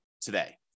today